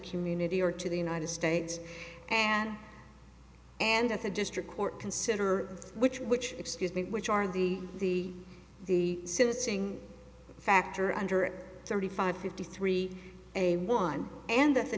community or to the united states and and at the district court consider which which excuse me which are the the the syncing factor under thirty five fifty three a one and that the